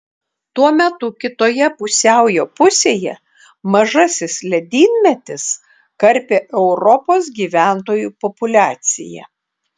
tuo metu kitoje pusiaujo pusėje mažasis ledynmetis karpė europos gyventojų populiaciją